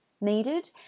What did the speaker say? needed